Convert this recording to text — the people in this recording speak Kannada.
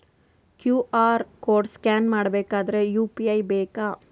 ಕ್ಯೂ.ಆರ್ ಕೋಡ್ ಸ್ಕ್ಯಾನ್ ಮಾಡಬೇಕಾದರೆ ಯು.ಪಿ.ಐ ಬೇಕಾ?